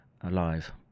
alive